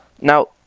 Now